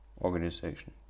organization